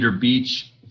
Beach